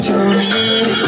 Julie